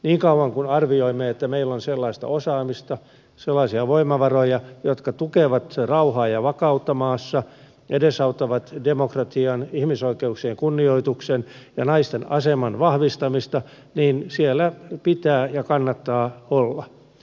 niin kauan kun arvioimme että meillä on sellaista osaamista sellaisia voimavaroja jotka tukevat rauhaa ja vakautta maassa edesauttavat demokratian ihmisoikeuksien kunnioituksen ja naisten aseman vahvistamista niin siellä pitää ja kannattaa olla